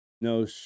no